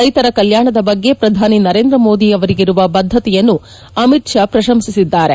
ರೈತರ ಕಲ್ಕಾಣದ ಬಗ್ಗೆ ಪ್ರಧಾನಿ ನರೇಂದ್ರ ಮೋದಿ ಅವರಿಗಿರುವ ಬದ್ಧತೆಯನ್ನು ಅಮಿತ್ ಶಾ ಪ್ರಶಂಸಿಸಿದ್ದಾರೆ